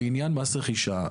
לעניין מס רכישה,